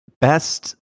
best